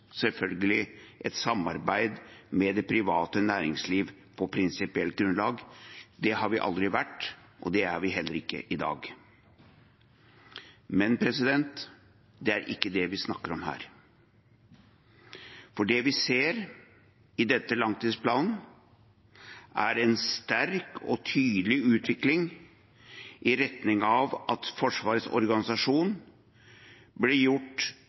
et samarbeid med det private næringsliv på prinsipielt grunnlag. Det har vi aldri vært, og det er vi heller ikke i dag. Men det er ikke det vi snakker om her, for det vi ser i denne langtidsplanen, er en sterk og tydelig utvikling i retning av at Forsvarets organisasjon blir gjort